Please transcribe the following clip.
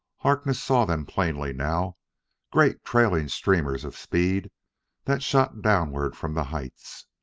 harkness saw them plainly now great trailing streamers of speed that shot downward from the heights.